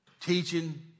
teaching